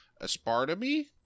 aspartame